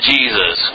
Jesus